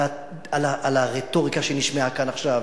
על הרטוריקה שנשמעה כאן עכשיו: